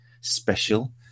special